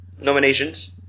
nominations